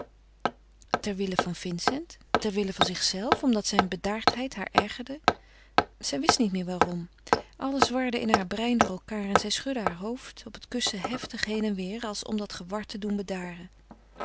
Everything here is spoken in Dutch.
ter wille van vincent ter wille van zichzelve omdat zijne bedaardheid haar ergerde zij wist niet meer waarom alles warde in haar brein door elkaâr en zij schudde haar hoofd op het kussen heftig heen en weêr als om dat gewar te doen